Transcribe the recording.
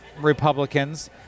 Republicans